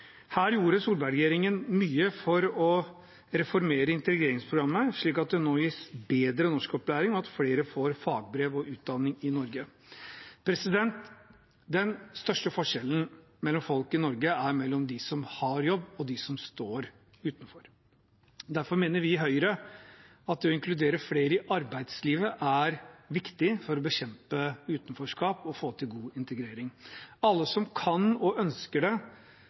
Her gjorde Solberg-regjeringen mye for å reformere integreringsprogrammet, slik at det nå gis bedre norskopplæring og flere får fagbrev og utdanning i Norge. Den største forskjellen mellom folk i Norge er mellom dem som har jobb, og dem som står utenfor. Derfor mener vi i Høyre at det å inkludere flere i arbeidslivet er viktig for å bekjempe utenforskap og få til god integrering. Alle som kan og ønsker det, bør få sjansen. Det må være det viktigste for oss alle. Det